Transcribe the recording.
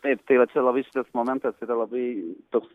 taip tai va čia labai šitas momentas yra labai toks